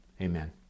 Amen